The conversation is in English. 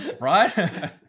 right